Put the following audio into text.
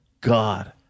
god